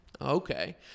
Okay